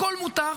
הכול מותר,